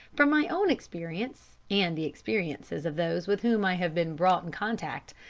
from my own experience, and the experiences of those with whom i have been brought in contact,